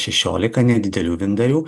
šešiolika nedidelių vyndarių